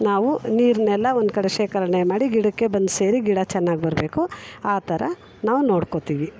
ನಾವು ನೀರನ್ನೆಲ್ಲ ಒಂದ್ಕಡೆ ಶೇಖರಣೆ ಮಾಡಿ ಗಿಡಕ್ಕೆ ಬಂದು ಸೇರಿ ಗಿಡ ಚೆನ್ನಾಗಿ ಬರಬೇಕು ಆ ಥರ ನಾವು ನೋಡ್ಕೊಳ್ತೀವಿ